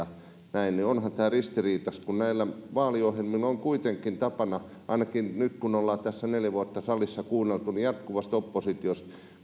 ja näin onhan tämä ristiriitaista kun näihin vaaliohjelmiin on kuitenkin tapana vedota ainakin nyt kun ollaan tässä neljä vuotta salissa kuunneltu jatkuvasti oppositiolta